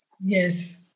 Yes